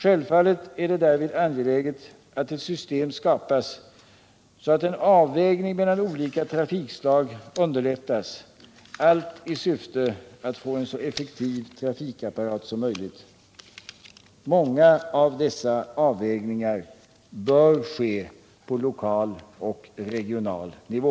Självfallet är det därvid angeläget att ett system skapas så att en avvägning mellan olika trafikslag underlättas, allt i syfte att få en så effektiv trafikapparat som möjligt. Många av dessa avvägningar bör ske på lokal och regional nivå.